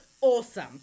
awesome